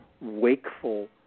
wakeful